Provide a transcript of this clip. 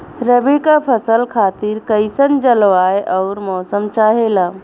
रबी क फसल खातिर कइसन जलवाय अउर मौसम चाहेला?